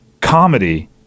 comedy